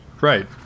right